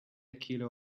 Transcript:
kilo